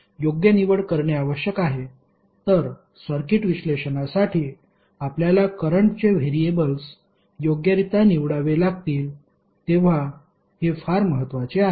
तर सर्किट विश्लेषणासाठी आपल्याला करंटचे व्हेरिएबल्स योग्यरित्या निवडावे लागतील तेव्हा हे फार महत्वाचे आहे